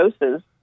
doses